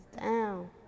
down